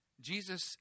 Jesus